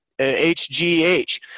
HGH